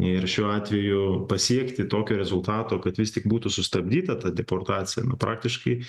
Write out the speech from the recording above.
ir šiuo atveju pasiekti tokio rezultato kad vis tik būtų sustabdyta ta deportacija nu praktiškai